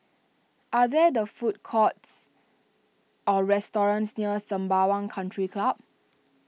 are there the food courts or restaurants near Sembawang Country Club